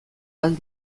ahal